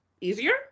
easier